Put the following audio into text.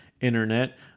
Internet